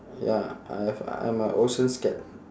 ya I have I'm a ocean scared